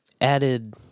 added